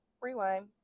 Rewind